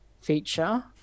feature